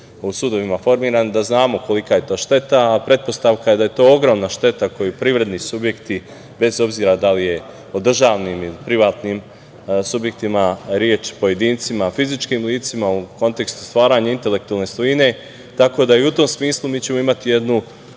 u sudovima formirane da znamo kolika je to šteta, a pretpostavka je da je to ogromna šteta koju privredni subjekti bez obzira da li je o državnim ili privatnim subjektima reč, pojedincima, fizičkim licima u kontekstu stvaranja intelektualne svojine, tako da i u tom smislu mi ćemo imati još